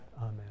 Amen